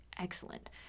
excellent